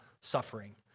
suffering